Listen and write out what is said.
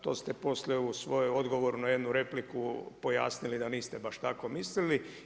To ste poslije u svojem odgovoru na jednu repliku pojasnili da niste baš tako mislili.